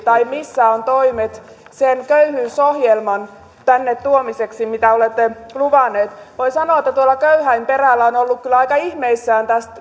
tai missä ovat toimet sen köyhyysohjelman tänne tuomiseksi mitä olette luvannut voin sanoa että tuolla köyhäinperällä on oltu kyllä aika ihmeissään